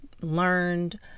learned